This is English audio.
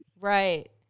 Right